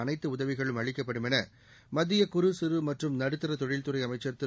அனைத்து உதவிகளும் அளிக்கப்படுமென மத்திய குறு சிறு மற்றும் நடுத்தர தொழில்துறை அமைச்சர் திரு